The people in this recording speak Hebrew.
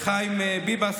לחיים ביבס,